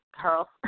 Carl